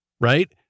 right